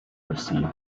receives